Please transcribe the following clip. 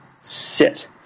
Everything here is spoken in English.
sit